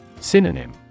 Synonym